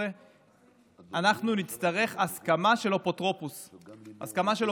זאת אחת